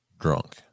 Drunk